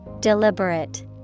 Deliberate